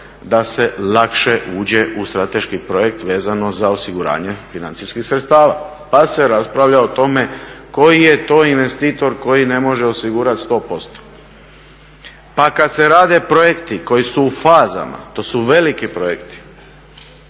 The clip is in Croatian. da se lakše uđe u strateški projekt vezano za osiguranje financijskih sredstava. Pa se raspravlja o tome koji je to investitor koji ne može osigurati 100%. Pa kad se rade projekti koji su u fazama, to su veliki projekti,